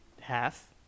half